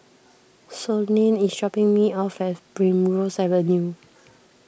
Sloane is dropping me off at Primrose Avenue